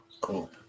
cool